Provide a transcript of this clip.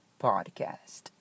Podcast